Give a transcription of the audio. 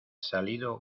salido